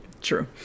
True